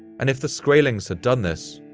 and if the skraelings had done this,